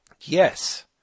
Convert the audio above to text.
yes